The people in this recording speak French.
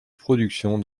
production